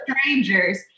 strangers